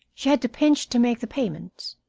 she had to pinch to make the payments.